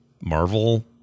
Marvel